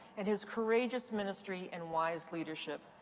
and his courageous ministry and wise leadership.